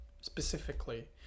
specifically